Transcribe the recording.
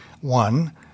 One